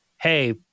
hey